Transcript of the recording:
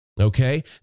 Okay